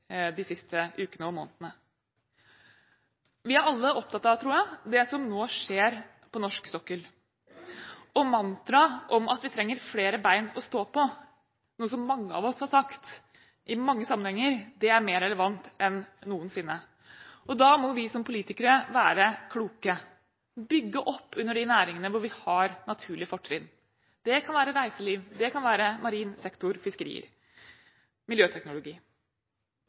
de siste ukene og månedene. Vi er alle opptatt av, tror jeg, det som nå skjer på norsk sokkel, og mantraet om at vi trenger flere bein å stå på, noe som mange av oss har sagt i mange sammenhenger, er mer relevant enn noensinne. Da må vi som politikere være kloke og bygge opp under de næringene hvor vi har naturlige fortrinn. Det kan være reiseliv, det kan være marin sektor, fiskerier og miljøteknologi.